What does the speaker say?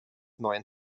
neuen